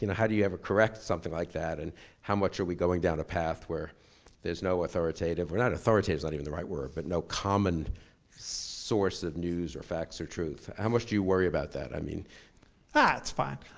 you know how do you ever correct something like that and how much are we going down a path where there's no authoritative? we're not authoritative, it's not even the right word, but no common source of news or facts or truth. how much do you worry about that? i mean ah, it's fine.